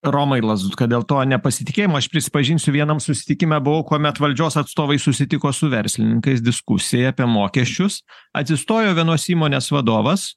romai lazutka dėl to nepasitikėjimo aš prisipažinsiu vienam susitikime buvau kuomet valdžios atstovai susitiko su verslininkais diskusijai apie mokesčius atsistojo vienos įmonės vadovas